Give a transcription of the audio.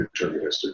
deterministic